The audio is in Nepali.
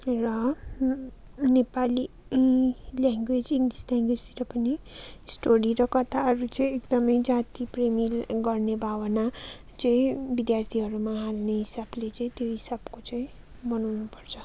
र नेपाली ल्याङ्गवेज इङ्गलिस ल्याङ्गवेजतिर पनि स्टोरी र कथाहरू चाहिँ एकदमै जातिप्रेमी गर्ने भावना चाहिँ विद्यार्थीहरूमा हाल्ने हिसाबले चाहिँ त्यो हिसाबको चाहिँ बनाउनु पर्छ